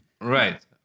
Right